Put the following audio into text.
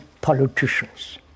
politicians